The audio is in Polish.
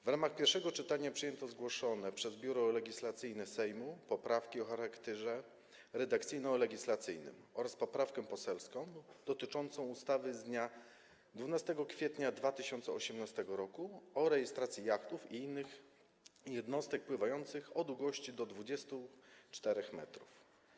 W ramach pierwszego czytania przyjęto zgłoszone przez Biuro Legislacyjne Sejmu poprawki o charakterze redakcyjno-legislacyjnym oraz poprawkę poselską dotyczącą ustawy z dnia 12 kwietnia 2018 r. o rejestracji jachtów i innych jednostek pływających o długości do 24 m.